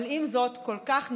אבל עם זאת כל כך נעלמת,